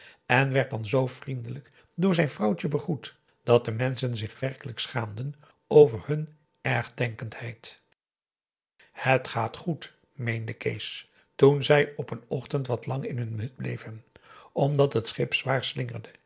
en werd dan zoo vriendelijk door zijn vrouwtje begroet dat de menschen zich werkelijk schaamden over hun ergdenkendheid het gaat goed meende kees toen zij op een ochtend wat lang in hun hut bleven omdat het schip zwaar slingerde